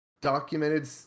documented